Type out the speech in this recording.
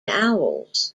owls